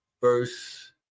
verse